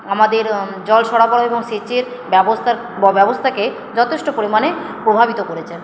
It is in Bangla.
আমাদের জল সরবরাহ এবং সেচের ব্যবস্থা ব্যবস্থাকে যথেষ্ট পরিমাণে প্রভাবিত করেছে